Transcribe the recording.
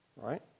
right